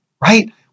right